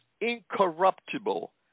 incorruptible